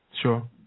Sure